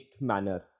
manner